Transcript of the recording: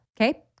Okay